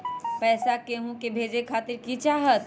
पैसा के हु के भेजे खातीर की की चाहत?